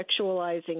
sexualizing